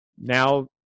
now